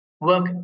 work